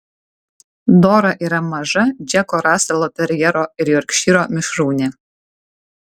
dora yra maža džeko raselo terjero ir jorkšyro mišrūnė